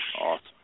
Awesome